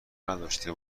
نداشته